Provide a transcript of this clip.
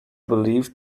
believed